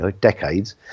decades